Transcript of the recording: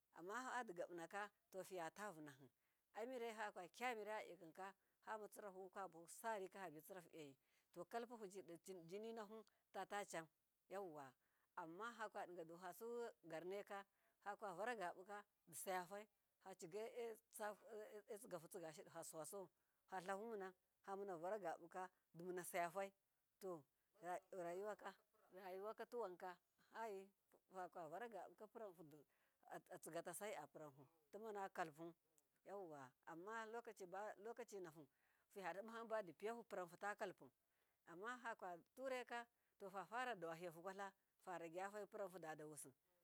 Amma fadi gabunaka fayatavunahi amirai fakwa kimireya dikika famatsirahu fabahu saryika fabisirahoyi, to kalpuhujido jinahu tatacan yauwa amma fakwadigada fasu garnaika fakwavaragabuka disa yafai facigai e tsigahutsigashidi sawasawau fatlahumuna to fakwavaragabuka dimina sayafai to rayuwaka tuwanka hayi fakwafaragabuka puranhu du atsigatasai apuranhu timanakalpu yauwa, amma lokacikacinahu dihanbadi pihupuranhuta kalpu, amma fakwaturaika to fafaradawahihu kwatla faragyayafai puranhuda dawusi.